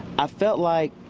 i felt like